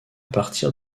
partir